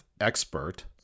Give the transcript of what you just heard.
expert